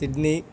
Sydney